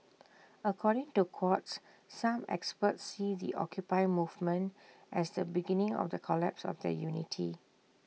according to Quartz some experts see the occupy movement as the beginning of the collapse of their unity